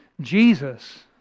Jesus